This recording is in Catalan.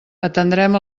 atendrem